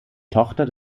tochter